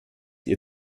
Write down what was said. ihr